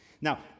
Now